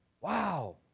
Wow